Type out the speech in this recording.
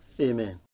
Amen